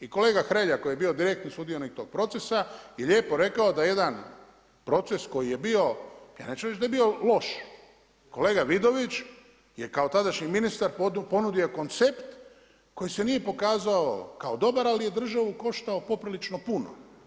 I kolega Hrelja, koji je bio direktni sudionik tog procesa je lijepo rekao da jedan proces koji je bio, ja neću reći da je bio loš, kolega Vidović, je kao tadašnji ministar ponudio koncept koji se nije pokazao kao dobar, ali je državu koštao poprilično puno.